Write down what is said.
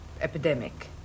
epidemic